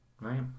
right